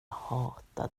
hatar